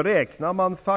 efter dem.